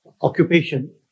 Occupation